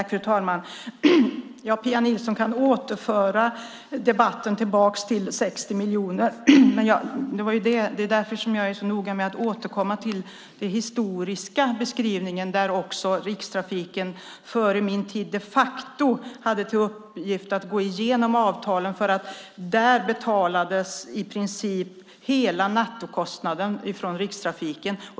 Fru talman! Pia Nilsson kan föra debatten tillbaka till 60 miljoner. Det är därför jag är så noga med att återkomma till historieskrivningen där Rikstrafiken före min tid de facto hade till uppgift att gå igenom avtalen. Där betalades i princip hela nettokostnaden från Rikstrafiken.